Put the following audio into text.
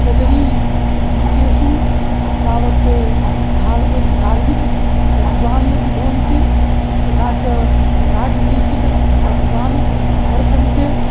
कजरीगीतेषु तावत् धार्मज् धार्मिकतत्त्वानि अपि भवन्ति तथा च राजनीतिकतत्त्वानि वर्तन्ते